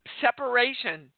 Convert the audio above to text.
separation